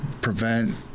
prevent